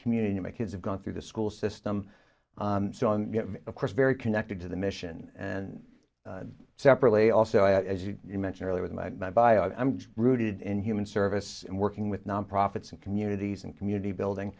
community my kids have gone through the school system so i of course very connected to the mission and separately also as you mentioned earlier with my bio i'm rooted in human service and working with non profits and communities and community building